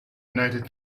united